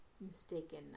mistaken